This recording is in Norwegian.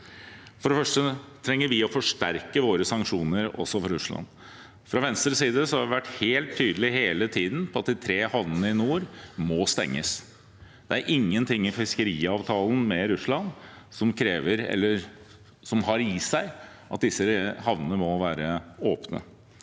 For det første trenger vi å forsterke våre sanksjoner overfor Russland. Fra Venstres side har vi hele tiden vært helt tydelige på at de tre havnene i nord må stenges. Det er ingenting i fiskeriavtalen med Russland som krever eller har i seg at disse havnene må være åpne.